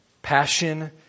Passion